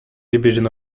division